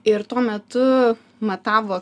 ir tuo metu matavo